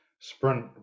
sprint